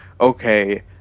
okay